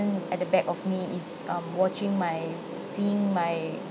at the back of me is um watching my seeing my